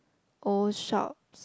old shop